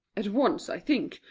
at once, i think.